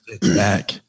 back